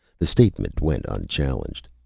the statement went unchallenged.